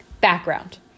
Background